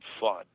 fun